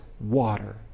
water